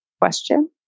question